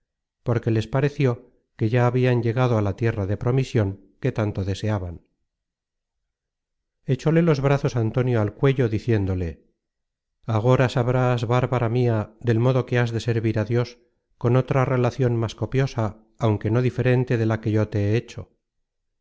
porque les pareció que ya habian llegado á la tierra de promision que tanto deseaban echóle los brazos antonio al cuello diciéndole agora sabrás bárbara mia del modo que has de servir a dios con otra relacion más copiosa aunque no diferente de la que yo te he hecho